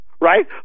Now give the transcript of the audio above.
right